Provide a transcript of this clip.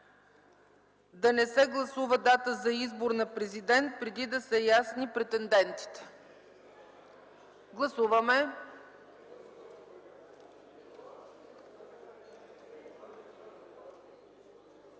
да не се гласува дата за избор на президент преди да са ясни претендентите. Гласуваме!